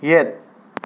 ꯌꯦꯠ